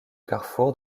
carrefour